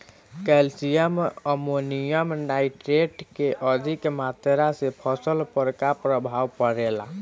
Calcium ammonium nitrate के अधिक मात्रा से फसल पर का प्रभाव परेला?